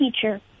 teacher